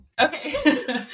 Okay